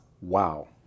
wow